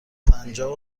پنجاه